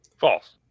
False